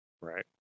Right